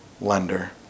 lender